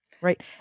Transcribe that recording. right